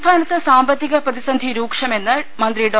സംസ്ഥാനത്ത് സാമ്പത്തിക പ്രതിസന്ധി രൂക്ഷമെന്ന് മന്ത്രി ഡോ